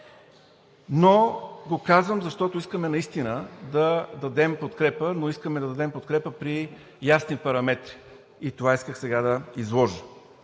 Казвам го, защото искаме наистина да дадем подкрепа, но да дадем подкрепа при ясни параметри, което исках сега да изложа.